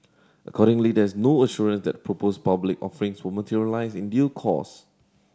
accordingly there is no assurance that proposed public offering will materialise in due course